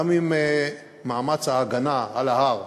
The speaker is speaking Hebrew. גם אם מאמץ ההגנה על ההר,